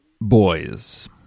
boys